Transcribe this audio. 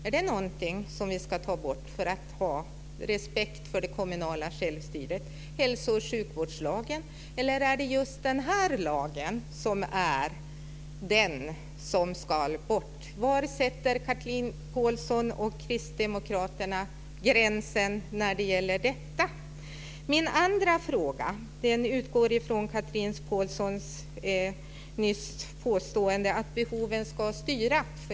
Är det någonting som vi ska ta bort för att ha respekt för det kommunala självstyret. Hur är det med hälso och sjukvårdslagen? Eller är det just den här lagen som ska bort? Var sätter Chatrine Pålsson och kristdemokraterna gränsen när det gäller detta? Min nästa fråga utgår från Chatrine Pålssons påstående att behoven ska styra.